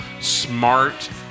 smart